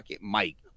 Mike